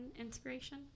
inspiration